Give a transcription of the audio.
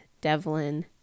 Devlin